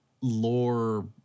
lore